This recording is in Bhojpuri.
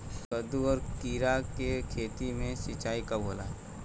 कदु और किरा के खेती में सिंचाई कब होला?